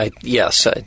yes